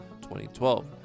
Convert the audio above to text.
2012